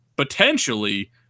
Potentially